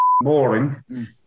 boring